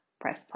press